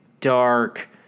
dark